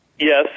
Yes